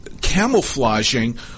camouflaging